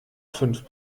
fünf